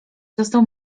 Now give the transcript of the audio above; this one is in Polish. został